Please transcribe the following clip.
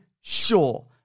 sure